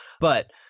But-